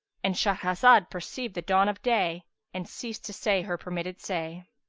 and shahrazad perceived the dawn of day and ceased to say her permitted say.